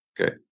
Okay